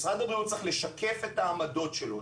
משרד הבריאות צריך לשקף את העמדות שלו,